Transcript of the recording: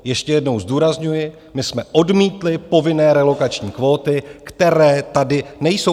Ještě jednou zdůrazňuji: My jsme odmítli povinné relokační kvóty, které tady nejsou.